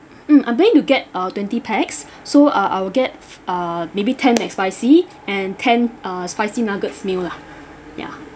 mm I'm planning to get uh twenty pax so uh I'll get err maybe ten mcspicy and ten uh spicy nuggets meal lah ya